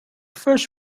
first